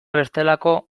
bestelako